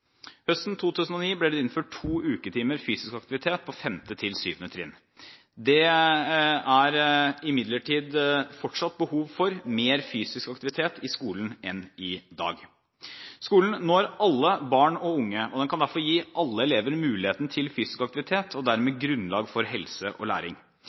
Høsten 2009 ble det innført to uketimer fysisk aktivitet på 5.–7. trinn. Det er imidlertid fortsatt behov for mer fysisk aktivitet i skolen enn i dag. Skolen når alle barn og unge, og den kan derfor gi alle elever muligheten til fysisk aktivitet og dermed grunnlag for helse og læring.